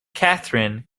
catherine